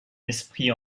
esprit